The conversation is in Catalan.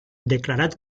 declarat